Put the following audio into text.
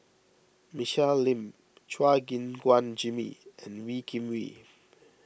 Michelle Lim Chua Gim Guan Jimmy and Wee Kim Wee